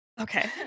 Okay